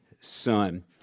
son